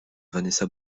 vanessa